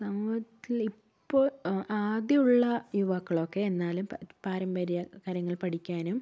സമൂഹത്തിൽ ഇപ്പോൾ ആദ്യമുള്ള യുവാക്കളൊക്കെ എന്നാലും പാരമ്പര്യ കാര്യങ്ങൾ പഠിക്കാനും